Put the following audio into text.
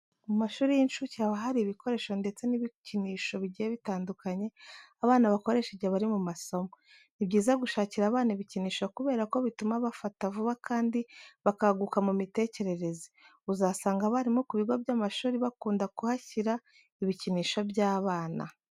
Mu mashuri y'inshuke haba hari ibikoresho ndetse n'ibikinisho bigiye bitandukanye abana bakoresha igihe bari mu masomo. Ni byiza gushakira abana ibikinisho kubera ko bituma bafata vuba kandi bakaguka mu mitekerereze. Uzasanga abarimu ku bigo by'amashuri bakunda kuhashyira ibikinisho by'abana.